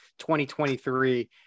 2023